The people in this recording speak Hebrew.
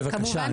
בבקשה,